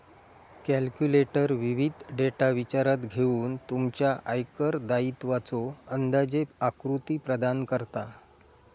calculator विविध data विचारात घेऊन तुमच्या आयकर दायित्वाचो अंदाजे आकृती प्रदान करता